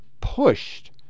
pushed